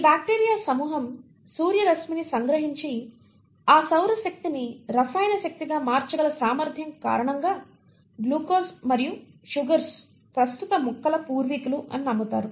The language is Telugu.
ఈ బ్యాక్టీరియా సమూహం సూర్యరశ్మిని సంగ్రహించి ఆ సౌర శక్తిని రసాయన శక్తిగా మార్చగల సామర్థ్యం కారణంగా గ్లూకోజ్ మరియు చక్కెరలు ప్రస్తుత మొక్కల పూర్వీకులు అని నమ్ముతారు